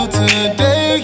today